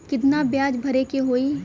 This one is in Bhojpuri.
कितना ब्याज भरे के होई?